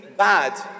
bad